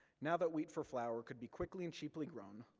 now that wheat for flour could be quickly and cheaply grown,